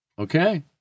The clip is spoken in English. Okay